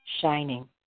shining